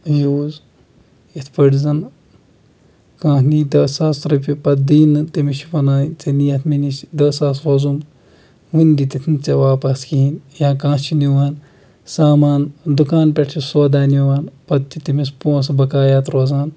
use یِتھ پٲٹھۍ زَن کانٛہہ نی دہ ساس رۄپیہِ پَتہٕ دِی نہٕ تٔمِس چھِ وَنان ژےٚ نِیَتھ مےٚ نِش دہ ساس وۄزُم وٕنہِ دِتِتھ نہٕ ژےٚ واپَس کِہیٖنۍ یا کانٛہہ چھُ نِوان سامان دُکان پٮ۪ٹھ چھِ سودا نِوان پَتہٕ چھِ تٔمِس پونٛسہٕ بقایات روزان